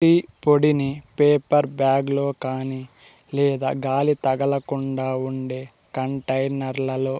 tea పొడిని paper bag లో కాని లేదా గాలి తగలకుండా ఉండే కంటైనర్లలో